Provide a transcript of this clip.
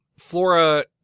Flora